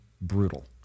brutal